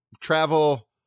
travel